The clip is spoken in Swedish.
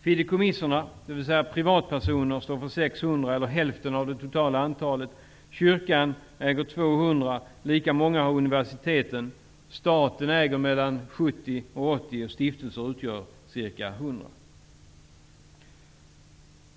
Fideikommisserna, dvs. privatpersoner, står för 600 eller hälften av det totala antalet. Kyrkan äger 200. Lika många har universiteten. Staten äger mellan 70 och 80, och ca